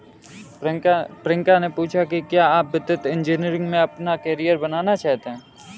प्रियंका ने पूछा कि क्या आप वित्तीय इंजीनियरिंग में अपना कैरियर बनाना चाहते हैं?